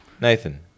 Nathan